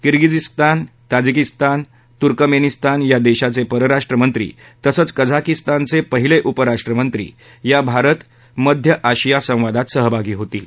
Kyrgyzstan Tajikistan Turkmenistan या देशाचे परराष्ट्रमंत्री तसंच कझाकीस्तानचे पहिले उपपरराष्ट्रमंत्री या भारत मध्य आशिया संवादात सहभागी होणार आहेत